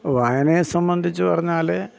വായനയെ സംബന്ധിച്ച് പറഞ്ഞാൽ